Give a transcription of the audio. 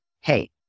hey